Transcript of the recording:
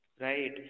right